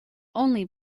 only